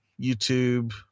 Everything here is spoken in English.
YouTube